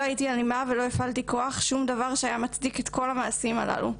לא הייתי אלימה ולא הפעלתי כוח - שום דבר שהיה מצדיק את כל המעשים הללו.